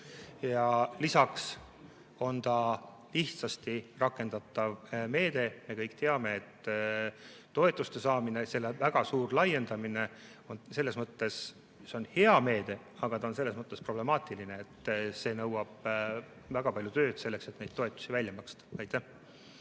Lisaks on ta lihtsasti rakendatav meede. Me kõik teame, et toetuste saamine, selle väga suur laiendamine on küll hea meede, aga selles mõttes problemaatiline, et ta nõuab väga palju tööd selleks, et toetusi välja maksta. Aitäh!